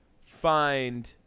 find